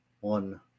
one